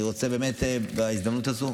אני רוצה באמת בהזדמנות הזו